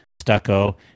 stucco